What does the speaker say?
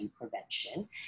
prevention